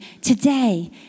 today